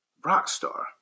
Rockstar